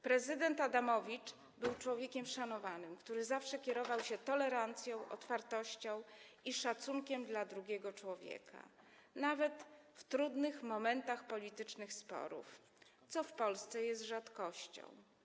Prezydent Adamowicz był człowiekiem szanowanym, który zawsze kierował się tolerancją, otwartością i szacunkiem dla drugiego człowieka - nawet w trudnych momentach politycznych sporów, co w Polsce jest rzadkością.